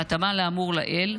בהתאמה לאמור לעיל,